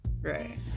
right